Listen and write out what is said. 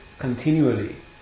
continually